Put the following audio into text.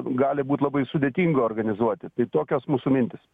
gali būt labai sudėtinga organizuoti tai tokios mūsų mintys